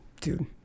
dude